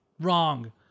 wrong